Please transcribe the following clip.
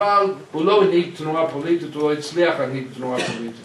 אבל, הוא לא הנהיג תנועה פוליטית, הוא לא הצליח להנהיג תנועה פוליטית